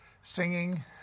singing